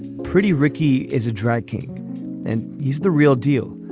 pretty ricky is a drag king and he's the real deal.